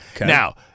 Now